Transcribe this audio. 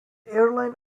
airline